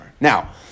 Now